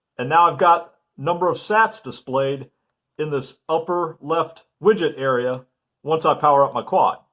and now i've got number of sats displayed in this upper left widget area once i power up my quad.